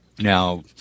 Now